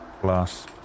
plus